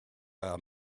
our